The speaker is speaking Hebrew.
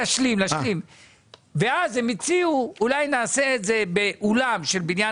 הם הציעו לעשות את זה באולם של בניין